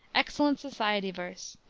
excellent society-verse,